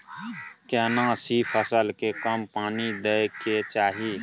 केना सी फसल के कम पानी दैय के चाही?